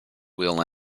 will